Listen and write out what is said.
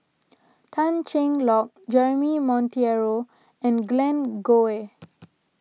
Tan Cheng Lock Jeremy Monteiro and Glen Goei